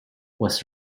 was